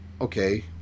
okay